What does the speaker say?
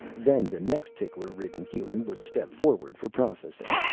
then the next tickler-ridden human would step forward for processing.